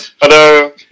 Hello